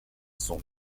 son